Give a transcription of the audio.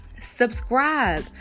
Subscribe